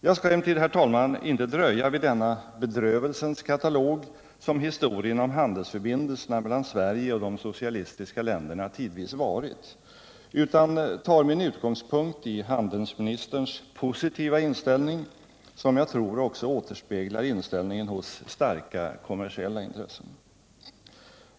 Jag skall emellertid, herr talman, inte dröja vid denna bedrövelsens katalog, som historien om handelsförbindelserna mellan Sverige och de socialistiska länderna tidvis varit, utan tar min utgångspunkt i handelsministerns positiva inställning, som jag tror också återspeglar inställningen hos starka kommersiella intressen.